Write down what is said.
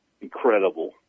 incredible